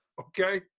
okay